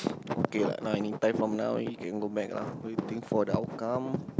okay ah now anytime from now you can go back lah waiting for the outcome